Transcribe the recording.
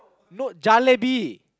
no jalebi